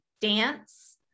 dance